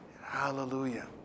Hallelujah